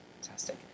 Fantastic